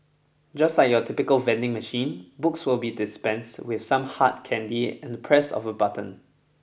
just like your typical vending machine books will be dispensed with some hard candy and the press of a button